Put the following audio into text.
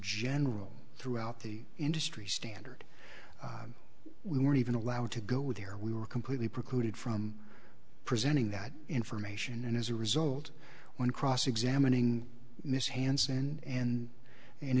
general throughout the industry standard we weren't even allowed to go with her we were completely precluded from presenting that information and as a result when cross examining miss hansen and in